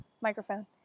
microphone